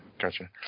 Gotcha